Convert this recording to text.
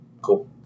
Cool